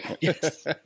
Yes